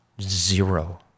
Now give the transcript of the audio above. zero